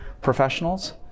professionals